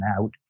out